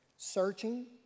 searching